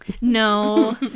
No